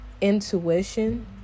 intuition